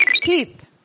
Keith